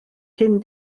cyn